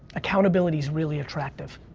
accountability is really attractive.